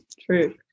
true